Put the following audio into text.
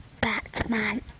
Batman